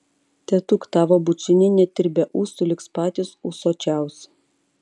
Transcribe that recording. tėtuk tavo bučiniai net ir be ūsų liks patys ūsuočiausi